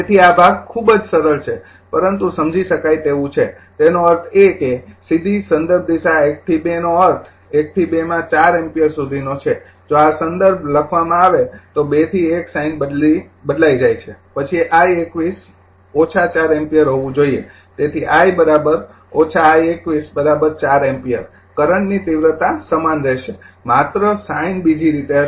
તેથી આ ભાગ ખૂબ જ સરળ છે પરંતુ સમજી શકાય તેવું છે તેનો અર્થ એ કે સીધી સંદર્ભ દિશા ૧ થી ૨ નો અર્થ ૧ થી ૨માં ૪ એમ્પીયર સુધીનો છે જો આ સંદર્ભ લખવામાં આવે તો ૨ થી ૧ સાઇન બદલાઇ જાય છે પછી I૨૧ ૪ એમ્પીયર હોવું જોઈએ તેથી I૧૨ I૨૧ ૪ એમ્પીયર કરંટની તિવ્રતા સમાન રહેશે માત્ર સાઇન બીજી રીતે હશે